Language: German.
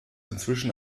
inzwischen